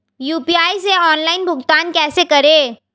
UPI से online भुगतान कैसे करें?